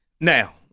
Now